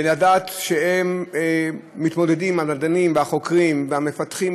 ולדעת שהמדענים והחוקרים והמפתחים